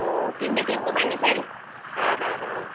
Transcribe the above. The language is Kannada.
ಓ ತಿಂಡಿ ತಿಂದು ಬನ್ನಿ ಸರ್ ಹಾಂ ಹಾಂ ಹಾಂ